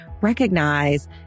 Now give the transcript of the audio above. recognize